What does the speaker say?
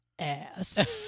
ass